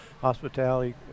hospitality